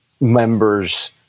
members